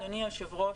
אדוני היושב-ראש,